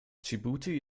dschibuti